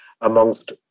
amongst